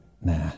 Nah